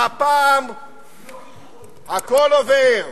הפעם הכול עובר.